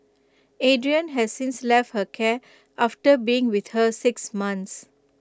Adrian has since left her care after being with her six months